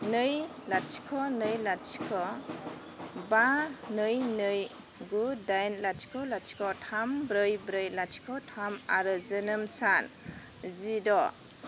नै लाथिख' नै लाथिख' बा नै नै गु दाइन लाथिख' लाथिख' थाम ब्रै ब्रै लाथिख' थाम आरो जोनोम सान जिद'